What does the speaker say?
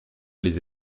les